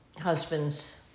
husband's